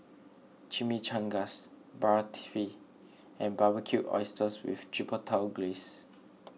Chimichangas Barfi and Barbecued Oysters with Chipotle Glaze